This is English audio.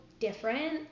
different